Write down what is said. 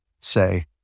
say